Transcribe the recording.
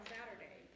Saturday